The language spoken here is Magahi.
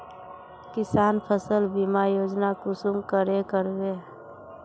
किसान फसल बीमा योजना कुंसम करे करबे?